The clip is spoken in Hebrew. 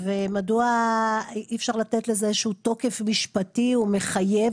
מדוע אי אפשר לתת לזה איזשהו תוקף משפטי ומחייב,